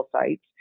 sites